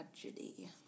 tragedy